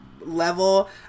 level